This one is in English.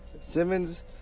Simmons